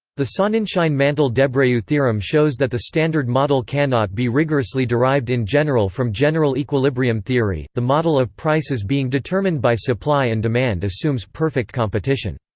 the sonnenschein-mantel-debreu theorem shows that the standard model cannot be rigorously derived in general from general equilibrium theory the model of prices being determined by supply and demand assumes perfect competition.